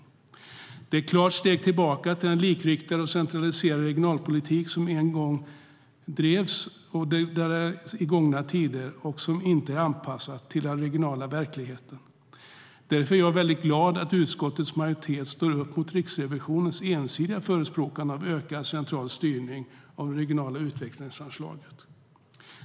Det skulle vara ett tydligt steg tillbaka till den likriktade och centraliserade regionalpolitik som bedrevs i gångna tider och som inte är anpassad till den regionala verkligheten. Därför är jag väldigt glad att utskottets majoritet står upp mot Riksrevisionens ensidiga förespråkande av ökad central styrning av det regionala utvecklingsanslaget.